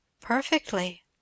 Perfectly